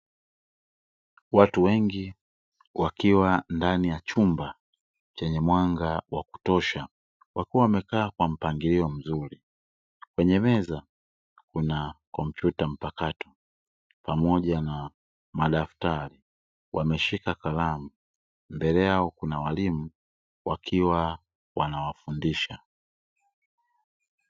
Watu wengi wakiwa ndani ya chumba chenye mwanga wa kutosha wakiwa wamekaa kwa mpangilio mzuri, kwenye meza kuna kompyuta mpakato pamoja na madaftari wameshika kalamu mbele yao kuna walimu wakiwa wanawafundisha.